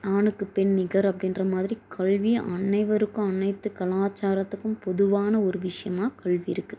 ஆணுக்கு பெண் நிகர் அப்படின்ற மாதிரி கல்வி அனைவருக்கும் அனைத்து கலாச்சாரத்துக்கும் பொதுவான ஒரு விஷியமாக கல்வி இருக்கு